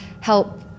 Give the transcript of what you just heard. help